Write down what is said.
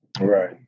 right